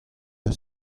eus